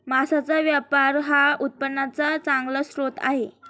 मांसाचा व्यापार हा उत्पन्नाचा चांगला स्रोत आहे